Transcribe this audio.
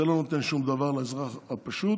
זה לא נותן שום דבר לאזרח הפשוט,